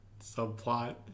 subplot